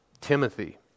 Timothy